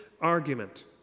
argument